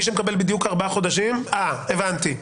מי שמקבל בדיוק ארבעה חודשים, הבנתי.